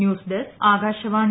news desk Akashvani